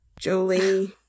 Jolie